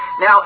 Now